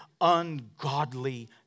ungodly